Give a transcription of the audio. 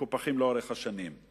לאורך השנים.